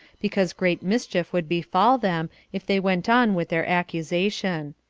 because great mischief would befall them if they went on with their accusation.